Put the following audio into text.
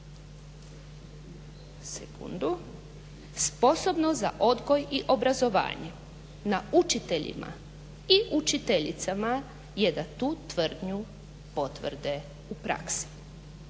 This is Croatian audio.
teškoće sposobno za odgoj i obrazovanje. Na učiteljima i učiteljicama je da tu tvrdnju potvrde u praksi.